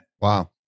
Wow